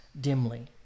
dimly